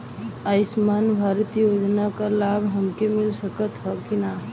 आयुष्मान भारत योजना क लाभ हमके मिल सकत ह कि ना?